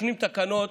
מתקנים תקנות,